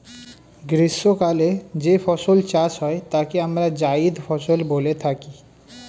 গ্রীষ্মকালে যে ফসল চাষ হয় তাকে আমরা জায়িদ ফসল বলে থাকি